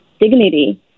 dignity